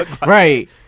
Right